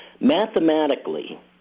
Mathematically